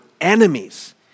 enemies